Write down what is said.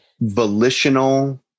volitional